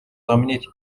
заменить